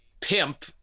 pimp